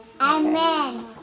Amen